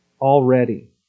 already